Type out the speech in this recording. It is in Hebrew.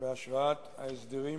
בהשראת ההסדרים